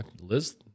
Liz